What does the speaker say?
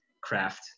craft